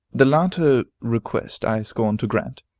the latter request i scorn to grant,